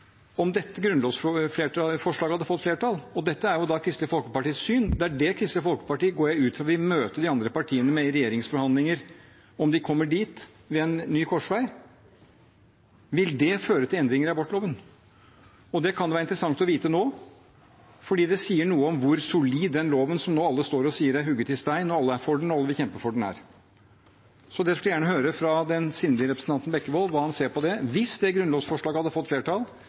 Om dette grunnlovsforslaget hadde fått flertall – og dette er Kristelig Folkepartis syn, det er det Kristelig Folkeparti, går jeg ut fra, vil møte de andre partiene med i regjeringsforhandlinger ved en ny korsvei, om de kommer dit – ville det ført til endringer i abortloven? Det kan det være interessant å få vite nå, for det sier noe om hvor solid den loven er som nå alle står og sier er hugget i stein – alle er for den, og alle vil kjempe for den. Jeg skulle gjerne høre fra den sindige representanten Bekkevold hvordan han ser på det. Hvis det grunnlovsforslaget hadde fått flertall,